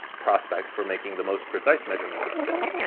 prospect for making the most precise measurements of spin,